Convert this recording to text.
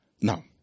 Now